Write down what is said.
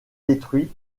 détruits